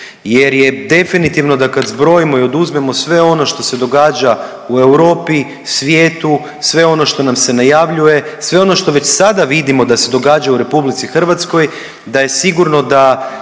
jer je definitivno, da kad zbrojimo i oduzmemo sve ono što se događa u Europi, svijetu, sve ono što nam se najavljuje, sve ono što već sada vidimo da se događa u RH, da je sigurno da